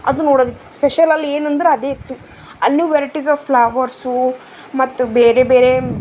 ಅದು ನೋಡೋದಿತ್ತು ಸ್ಪೆಷಲ್ ಅಲ್ಲಿ ಏನಂದರ ಅದೇ ಇತ್ತು ಅಲ್ಲೂ ವೆರೈಟೀಸ್ ಆಫ್ ಫ್ಲಾವರ್ಸು ಮತ್ತು ಬೇರೆ ಬೇರೆ